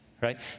right